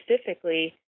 specifically